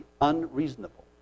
unreasonable